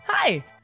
Hi